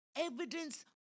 evidence